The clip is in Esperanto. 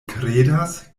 kredas